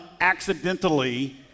accidentally